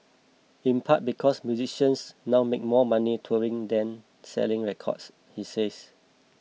in part because musicians now make more money touring than selling records he says